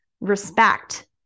respect